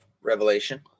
revelation